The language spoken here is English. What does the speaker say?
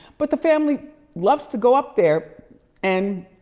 but the family loves to go up there and,